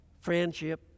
friendship